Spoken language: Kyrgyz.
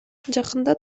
жакында